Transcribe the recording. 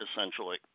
essentially